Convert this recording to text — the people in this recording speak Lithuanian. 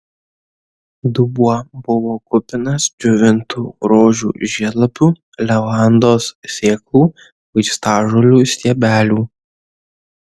dubuo buvo kupinas džiovintų rožių žiedlapių levandos sėklų vaistažolių stiebelių